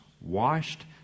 washed